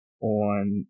On